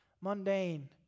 mundane